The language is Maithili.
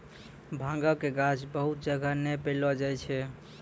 भांगक गाछ बहुत जगह नै पैलो जाय छै